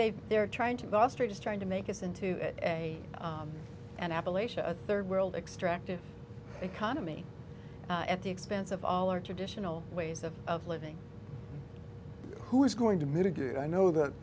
they they're trying to master just trying to make this into a an appalachian a third world extractive economy at the expense of all our traditional ways of of living who is going to mitigate i know that